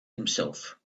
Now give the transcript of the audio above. himself